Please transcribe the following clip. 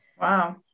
Wow